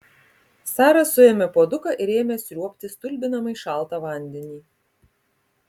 sara suėmė puoduką ir ėmė sriuobti stulbinamai šaltą vandenį